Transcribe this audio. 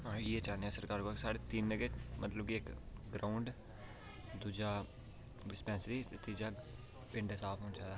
ते अस इयै चाह्ने सरकार कोला की इक्क ते ग्राऊंड ते दूआ डिस्पैंसरी ते त्रिया पिंड साफ होना चाहिदा साढ़ा बस